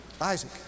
Isaac